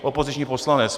Opoziční poslanec.